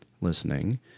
listening